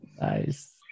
Nice